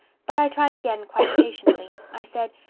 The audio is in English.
but i tried again quite patiently. i said,